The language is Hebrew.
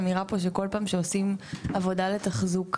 האמירה פה שכל פעם שעושים עבודה לתחזוקה,